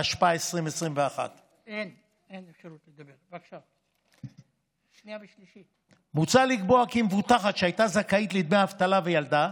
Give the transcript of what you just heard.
התשפ"א 2021. מוצע לקבוע כי מבוטחת שהייתה זכאית לדמי אבטלה וילדה,